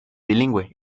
bilingüe